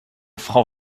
frau